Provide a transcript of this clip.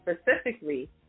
specifically